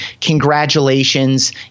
congratulations